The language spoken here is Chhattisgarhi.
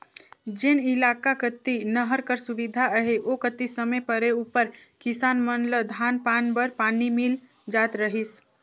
जेन इलाका कती नहर कर सुबिधा अहे ओ कती समे परे उपर किसान मन ल धान पान बर पानी मिल जात रहिस